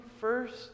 first